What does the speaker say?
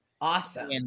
Awesome